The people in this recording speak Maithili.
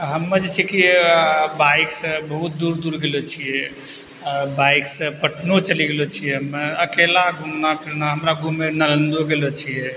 आ हमे जे छै कि बाइक से बहुत दूर दूर गेलो छियै बाइक से पटनो चलि गेलो छियै हमे अकेला घूमना फिरना हमरा घुमै लए नालन्दो गेलो छियै